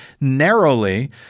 narrowly